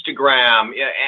Instagram